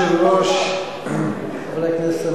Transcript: אדוני היושב-ראש, חברי הכנסת